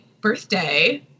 birthday